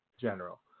general